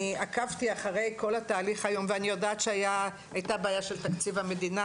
אני עקבתי אחרי כל התהליך היום ואני יודעת שהייתה בעיה של תקציב המדינה,